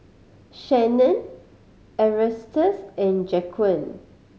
Shanon Erastus and Jaquan